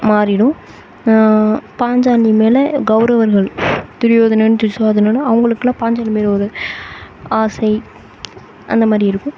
மாறிடும் பாஞ்சாலி மேல் கௌரவர்கள் துரியோதனன் துச்சாதனனும் அவங்களுக்குலாம் பாஞ்சாலி மேல் ஒரு ஆசை அந்தமாதிரி இருக்கும்